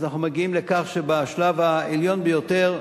אנחנו מגיעים לכך שבשלב העליון ביותר,